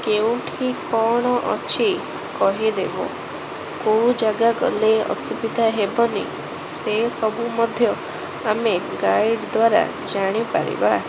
କେଉଁଠି କ'ଣ ଅଛି କହିଦେବ କେଉଁ ଜାଗା ଗଲେ ଅସୁବିଧା ହେବନି ସେ ସବୁ ମଧ୍ୟ ଆମେ ଗାଇଡ଼ ଦ୍ୱାରା ଜାଣିପାରିବା